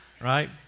right